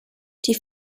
die